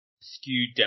skewed